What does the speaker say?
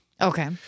Okay